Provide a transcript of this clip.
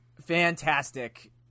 fantastic